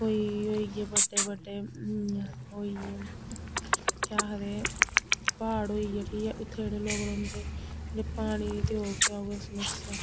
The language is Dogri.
कोई होई गे बड्डे बड्डे इयां होई गे केह् आखदे प्हाड़ होई गे ठीक ऐ उत्थें जेह्ड़े लोक रौंह्दे उ'नेंगी पानी ते ओह् केह् होग समस्या